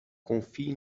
confie